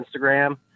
Instagram